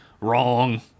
Wrong